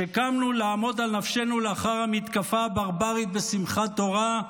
שקמנו לעמוד על נפשנו לאחר המתקפה הברברית בשמחת תורה,